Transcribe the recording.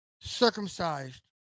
circumcised